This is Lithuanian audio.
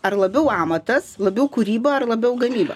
ar labiau amatas labiau kūryba ar labiau gamyba